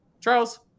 Charles